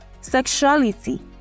sexuality